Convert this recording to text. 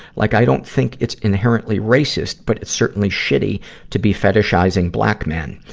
like i don't think it's inherently racist, but it's certainly shitty to be fetishizing black men.